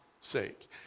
sake